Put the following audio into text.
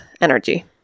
energy